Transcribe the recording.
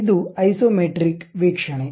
ಇದು ಐಸೊಮೆಟ್ರಿಕ್ ವೀಕ್ಷಣೆ